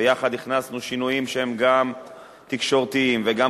ביחד הכנסנו שינויים שהם גם תקשורתיים וגם